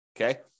okay